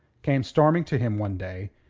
came storming to him one day,